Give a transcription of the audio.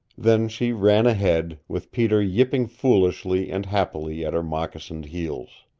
then she ran ahead, with peter yipping foolishly and happily at her moccasined heels.